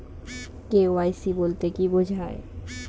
KYC বলতে কি বোঝায়?